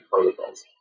protocols